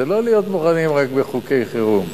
זה לא להיות מוכנים רק בחוקי חירום.